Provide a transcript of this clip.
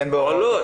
על זה.